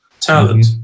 talent